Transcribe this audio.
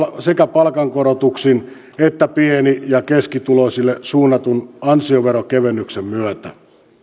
sekä palkankorotuksin että pieni ja keskituloisille suunnatun ansioveron kevennyksen myötä